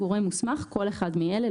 "גורם מוסמך" כל אחד מאלה,